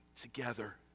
together